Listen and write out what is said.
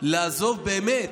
לעזוב באמת,